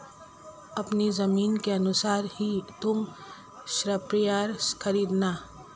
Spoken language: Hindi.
अपनी जमीन के अनुसार ही तुम स्प्रेयर खरीदना